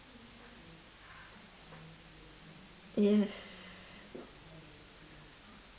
yes